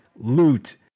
loot